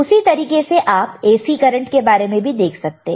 उसी तरीके से आप AC करंट के बारे में भी देख सकते हैं